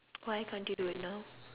why can't you do it now